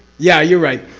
yeah, you're right.